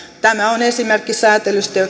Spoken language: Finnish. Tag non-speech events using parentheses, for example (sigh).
tämä on esimerkki säätelystä (unintelligible)